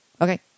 Okay